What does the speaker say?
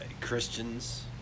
Christians